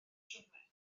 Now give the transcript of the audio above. siwrne